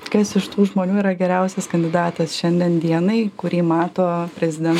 kas iš tų žmonių yra geriausias kandidatas šiandien dienai kurį mato preziden